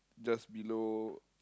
just below